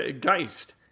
Geist